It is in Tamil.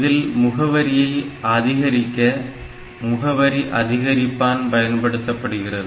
இதில் முகவரியை அதிகரிக்க முகவரி அதிகரிப்பான் பயன்படுத்தப்படுகிறது